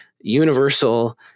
universal